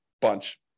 bunch